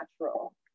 natural